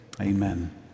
Amen